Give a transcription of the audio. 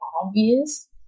obvious